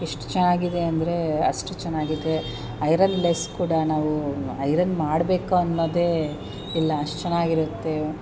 ಎಷ್ಟು ಚೆನ್ನಾಗಿದೆ ಅಂದರೆ ಅಷ್ಟು ಚೆನ್ನಾಗಿದೆ ಐರನ್ಲೆಸ್ ಕೂಡ ನಾವು ಐರನ್ ಮಾಡಬೇಕು ಅನ್ನೋದೇ ಇಲ್ಲ ಅಷ್ಟು ಚೆನ್ನಾಗಿರುತ್ತೆ